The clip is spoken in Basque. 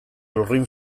lurrin